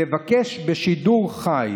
לבקש בשידור חי